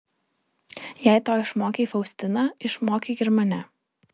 jei to išmokei faustiną išmokyk ir mane